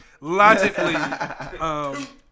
Logically